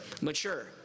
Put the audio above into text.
Mature